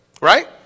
Right